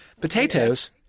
potatoes